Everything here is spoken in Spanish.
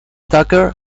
tucker